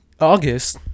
august